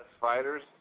fighters